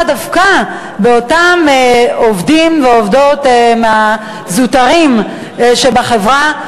דווקא באותם עובדים ועובדות זוטרים שבחברה,